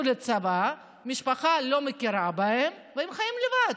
שהתגייסו לצבא, המשפחה לא מכירה בהם והם חיים לבד.